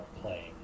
playing